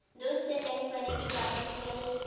दूध से दही बने के का प्रक्रिया हे?